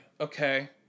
okay